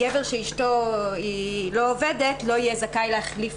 גבר שאשתו לא עובדת לא יהיה זכאי להחליף